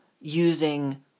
using